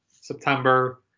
September